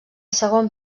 segon